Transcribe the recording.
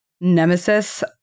nemesis